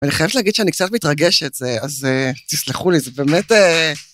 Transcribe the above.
אני חייבת להגיד שאני קצת מתרגשת זה, אז תסלחו לי, זה באמת...